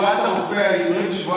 להבנתי זה סותר את שבועת הרופא העברי.